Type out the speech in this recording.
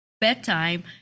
bedtime